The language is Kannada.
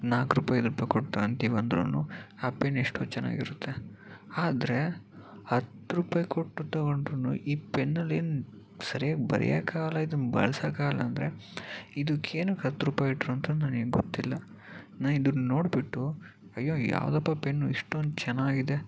ನಾಲ್ಕು ರೂಪಾಯಿ ಐದು ರೂಪಾಯಿ ಕೊಟ್ಟು ತಗೋತೀವಂದ್ರೂ ಆ ಪೆನ್ನು ಎಷ್ಟೋ ಚೆನ್ನಾಗಿ ಇರುತ್ತೆ ಆದರೆ ಹತ್ತು ರೂಪಾಯಿ ಕೊಟ್ಟು ತಗೊಂಡ್ರೂ ಈ ಪೆನ್ನಲ್ಲಿ ಏನೂ ಸರಿಯಾಗಿ ಬರೆಯೋಕ್ಕಾಗಲ್ಲ ಇದನ್ನು ಬಳಸೋಕಾಗಲ್ಲ ಅಂದರೆ ಇದಕ್ಕೆ ಏತಕ್ಕೆ ಹತ್ತು ರುಪಾಯಿ ಇಟ್ರು ಅಂತ ನನಗೆ ಗೊತ್ತಿಲ್ಲ ನಾನು ಇದನ್ನು ನೋಡ್ಬಿಟ್ಟು ಅಯ್ಯೋ ಯಾವುದಪ್ಪ ಪೆನ್ನು ಇಷ್ಟೊಂದು ಚೆನ್ನಾಗಿದೆ